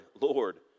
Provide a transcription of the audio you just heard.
Lord